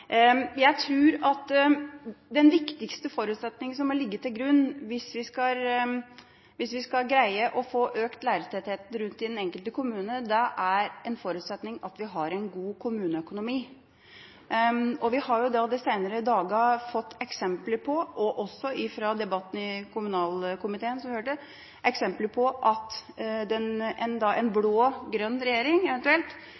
Jeg tror at den viktigste forutsetninga som må ligge til grunn hvis vi skal greie å få til høyere lærertetthet i en kommune, er en god kommuneøkonomi. Vi har de seneste dagene, også i debatten i kommunalkomiteen, fått eksempler på at en eventuell blå-grønn regjering vil få store konsekvenser for kommuneøkonomien. Det betyr at det blir enda